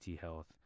Health